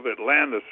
Atlantis